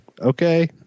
okay